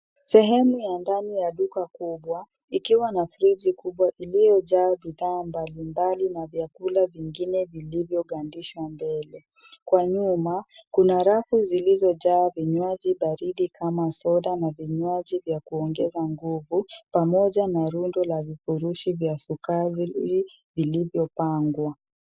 Sehemu ya ndani ya duka kubwa ikiwa na friji kubwa iliyojaa bidhaa mbalimbali na vyakula vingine vilivyogandishwa mbele. Kwa nyuma, kuna rafu zilizojaa vinywaji baridi kama soda na vinywaji vya kuongeza nguvu pamoja na rundo la vifurushi vya sukari vilivyopangwa.